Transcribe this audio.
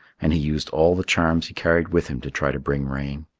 and he used all the charms he carried with him to try to bring rain.